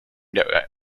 der